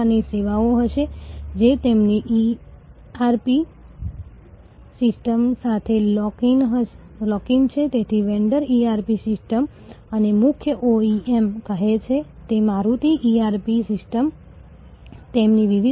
પ્રથમ સાધન જે ખૂબ જ મહત્વપૂર્ણ છે ખૂબ જ સરળ ડેટા બેઝ માર્કેટિંગ એક સરળ સ્પ્રેડ શીટ અથવા ખૂબ જ ન્યૂનતમ ડેટાબેઝ પણ વાસ્તવમાં પુનરાવર્તિત વેચાણ વેચાણ અને